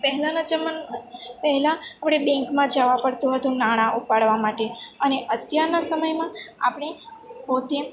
પહેલાંના જમાન પેહલાં આપણે બેંકમાં જવા પડતું હતું નાણાં ઉપાડવા માટે અને અત્યારના સમયમાં આપણે પોતે